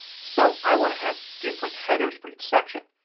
so i want to have different headers for each section.